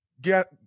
get